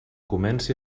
comenci